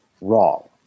wrong